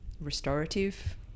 restorative